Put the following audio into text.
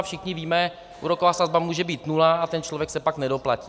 Všichni víme, úroková sazba může být nula, a ten člověk se pak nedoplatí.